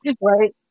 right